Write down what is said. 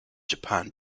japan